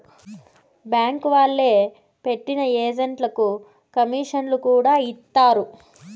bank వాళ్లే పెట్టిన ఏజెంట్లకు కమీషన్లను కూడా ఇత్తారు